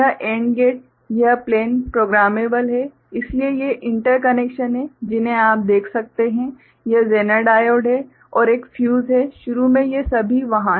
तो यह AND gate यह प्लेन प्रोग्रामेबल है इसलिए ये इंटर कनेक्शन हैं जिन्हें आप देख सकते हैं यह जेनर डायोड है और एक फ्यूज है शुरू में ये सभी वहां हैं